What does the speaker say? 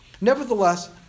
Nevertheless